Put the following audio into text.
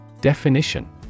Definition